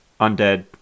undead